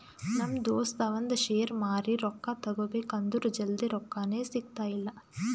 ನಮ್ ದೋಸ್ತ ಅವಂದ್ ಶೇರ್ ಮಾರಿ ರೊಕ್ಕಾ ತಗೋಬೇಕ್ ಅಂದುರ್ ಜಲ್ದಿ ರೊಕ್ಕಾನೇ ಸಿಗ್ತಾಯಿಲ್ಲ